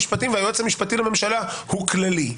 המשפטים והיועץ המשפטי לממשלה הוא כללי.